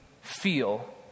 feel